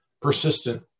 persistent